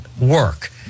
work